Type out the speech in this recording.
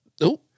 No